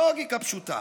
לוגיקה פשוטה.